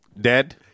Dead